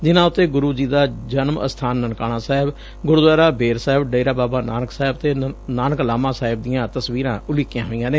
ਜਿਨ੍ਹਾਂ ਉੱਤੇ ਗੁਰੁ ਜੀ ਦਾ ਜਨਮ ਅਸਥਾਨ ਨਨਕਾਣਾ ਸਾਹਿਬ ਗੁਰਦੁਆਰਾ ਬੇਰ ਸਾਹਿਬ ਡੇਰਾ ਬਾਬਾ ਨਾਨਕ ਸਾਹਿਬ ਤੇ ਨਾਨਕਲਾਮਾ ਸਾਹਿਬ ਦੀਆਂ ਤਸਵੀਰਾਂ ਉਲੀਕਿਆ ਹੋਈਆਂ ਨੇ